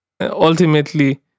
Ultimately